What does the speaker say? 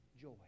Joy